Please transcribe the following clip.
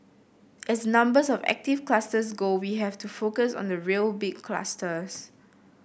as numbers of active clusters go we have to focus on the real big clusters